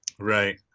Right